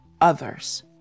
others